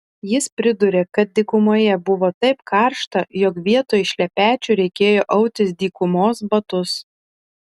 jis priduria kad dykumoje buvo taip karšta jog vietoj šlepečių reikėjo autis dykumos batus